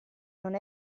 non